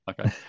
Okay